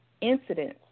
incidents